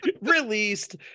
Released